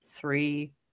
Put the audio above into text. three